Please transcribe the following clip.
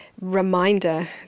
reminder